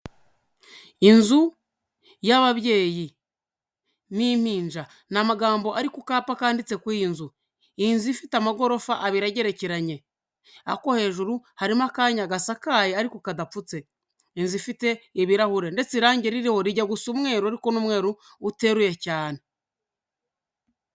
Inzu y'ababyeyi n'impinja, ni amagambo ari ku kapa kanditse kuri iyi nzu, iyi nzu ifite amagorofa abiri agerekeranye, ako hejuru harimo akanya gasakaye ariko kadapfutse, inzu ifite ibirahure ndetse irangi ririho rijya gusa umweru ariko ni umweru uteruye cyane.